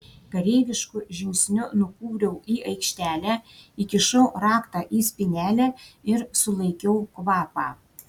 kareivišku žingsniu nukūriau į aikštelę įkišau raktą į spynelę ir sulaikiau kvapą